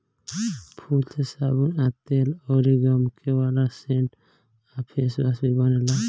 फूल से साबुन आ तेल अउर गमके वाला सेंट आ फेसवाश भी बनेला